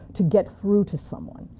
to get through to someone.